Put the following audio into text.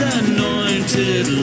anointed